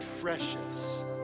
precious